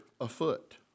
afoot